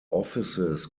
offices